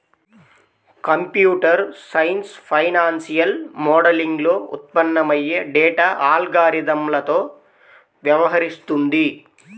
computer science financial మోడలింగ్లో ఉత్పన్నమయ్యే data అల్గారిథమ్లతో వ్యవహరిస్తుంది